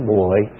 boy